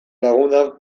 lagunak